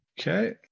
Okay